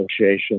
association